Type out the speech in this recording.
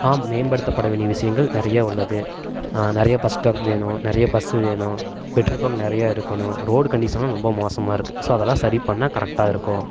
ஆம் மேம்படுத்தப்பட வேண்டிய விஷயங்கள் நிறையா உள்ளது நிறையா பஸ் ஸ்டாப் வேணும் நிறைய பஸ்ஸு வேணும் பெட்ரோல் பங்க் நிறையா இருக்கணும் ரோடு கண்டிஷனும் ரொம்போ மோசமாக இருக்குது ஸோ அதலாம் சரி பண்ணால் கரக்ட்டாக இருக்கும்